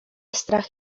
strach